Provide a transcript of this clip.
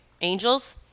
angels